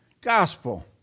gospel